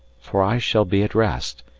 for i shall be at rest,